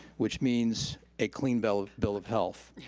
which means a clean bill of bill of health,